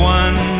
one